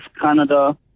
Canada